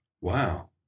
Wow